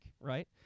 Right